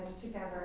together